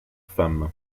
femmes